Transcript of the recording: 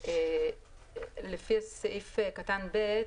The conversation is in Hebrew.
לפי סעיף קטן (ב),